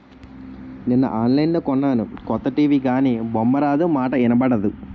నిన్న ఆన్లైన్లో కొన్నాను కొత్త టీ.వి గానీ బొమ్మారాదు, మాటా ఇనబడదు